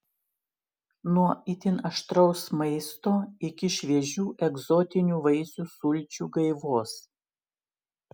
nuo itin aštraus maisto iki šviežių egzotinių vaisių sulčių gaivos